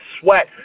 sweat